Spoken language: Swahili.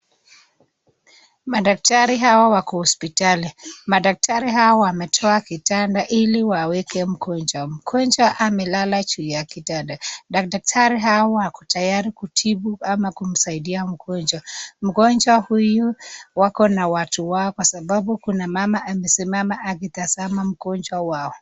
Madaktari hawa wako hospitali madaktari hawa wametoa kitanda hili awaweke mgonjwa, mgonjwa amelala juu ya kitanda daktari ako tayari kutibu ana kuzaidia mgonjwa , mgonjwa huyu wakona watu wao ambapo kuna mama akitaza mgonjwa wao.